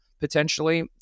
potentially